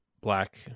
black